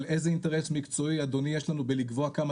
אבל איזה אינטרס מקצועי אדוני יש לנו בלקבוע כמה